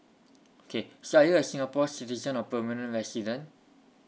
okay so are you a singapore citizen or permanent resident